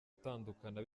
utandukana